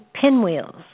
pinwheels